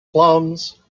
plums